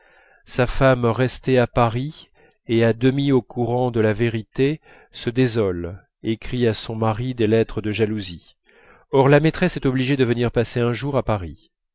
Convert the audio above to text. sa femme restée à paris et à demi au courant de la vérité se désole écrit à son mari des lettres de jalousie or la maîtresse est obligée de venir passer un jour à paris